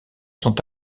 sont